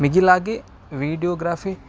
ಮಿಗಿಲಾಗಿ ವೀಡಿಯೋಗ್ರಾಫಿ